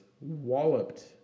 walloped